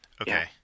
okay